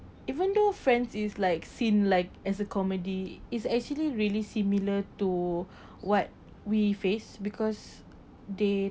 even though friends is like seen like as a comedy is actually really similar to what we face because they